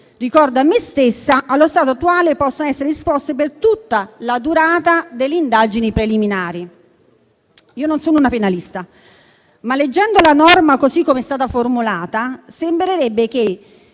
ricordo a me stessa, allo stato attuale possono essere disposte per tutta la durata delle indagini preliminari. Non sono una penalista, ma, leggendo la norma, così come è stata formulata, sembrerebbe che